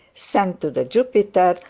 sent to the jupiter,